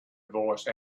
voice